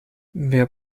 wer